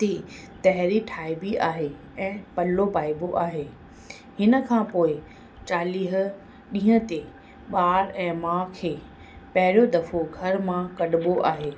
ते तांहिरी ठाहिबी आहे ऐं पलो पाइबो आहे हिन खां पोइ चालीह ॾींहं ते ॿार ऐं माउ खे पहिरियों दफ़ो घर मां कढिबो आहे